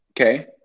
Okay